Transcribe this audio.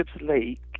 Lake